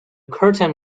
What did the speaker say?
curtain